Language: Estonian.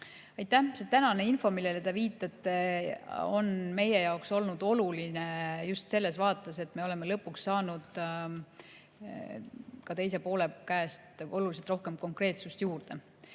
Aitäh! See tänane info, millele te viitate, on meie jaoks olnud oluline just selles vaates, et me oleme lõpuks saanud ka teise poole käest oluliselt rohkem konkreetsust juurde.